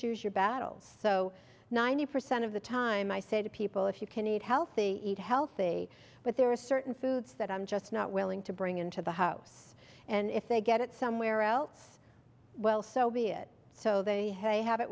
choose your battles so ninety percent of the time i say to people if you can eat healthy eat healthy but there are certain foods that i'm just not willing to bring into the house and if they get it somewhere else well so be it so they hey have it